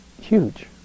huge